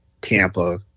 Tampa